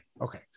Okay